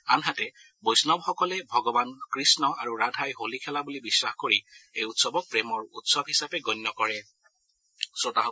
আনহাতে বৈষ্ণৱসকলে ভগৱান কৃষ্ণ আৰু ৰাধাই হোলী খেলা বুলি বিশ্বাস কৰি এই উৎসৱক প্ৰেমৰ উৎসৱ হিচাপে গণ্য কৰা হয়